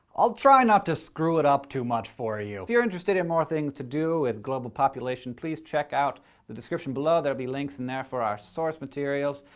i'll try not to screw it up too much for you. if you're interested in more things to do with global population, please check out the description below. there will be links in there for our source materials.